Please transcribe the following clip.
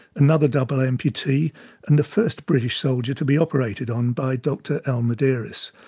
another double amputee and the first british soldier to be operated on by dr al muderis.